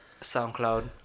SoundCloud